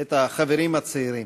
את החברים הצעירים.